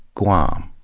guam,